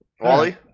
Wally